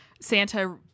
Santa